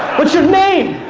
what's your name?